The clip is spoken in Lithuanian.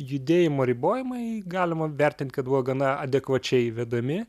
judėjimo ribojimai galima vertint kad buvo gana adekvačiai vedami